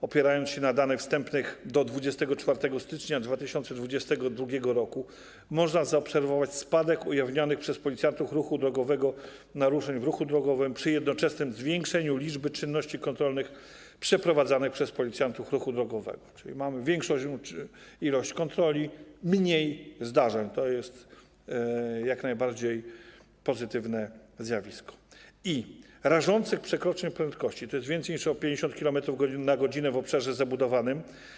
Opierając się na danych wstępnych do 24 stycznia 2022 r. można zaobserwować spadek liczby ujawnionych przez policjantów ruchu drogowego naruszeń w ruchu drogowym przy jednoczesnym zwiększeniu liczby czynności kontrolnych przeprowadzanych przez policjantów ruchu drogowego - czyli mamy większą liczbę kontroli i mniej zdarzeń, co jest jak najbardziej pozytywnym zjawiskiem - i rażących przekroczeń prędkości, tj. o więcej niż 50 km/h w obszarze zabudowanym.